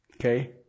Okay